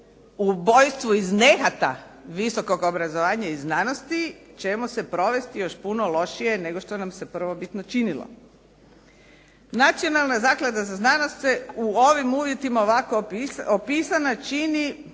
ubojstvu iz nehata visokog obrazovanja i znanosti ćemo se provesti još puno lošije nego što nam se prvobitno činilo. Nacionalna naknada za znanost se u ovim uvjetima ovako opisana čini